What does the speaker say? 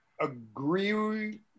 agree